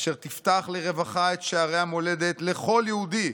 אשר תפתח לרווחה את שערי המולדת לכל יהודי